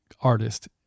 artist